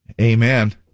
Amen